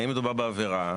האם מדובר בעבירה?